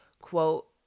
quote